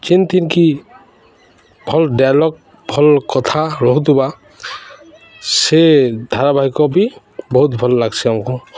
ଯେନ୍ଥିରେ କିି ଭଲ୍ ଡାଇଲଗ୍ ଭଲ୍ କଥା ରହୁଥିବା ସେ ଧାରାବାହିକ ବି ବହୁତ ଭଲ ଲାଗ୍ସି ଆମକୁ